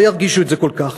לא ירגישו את זה כל כך.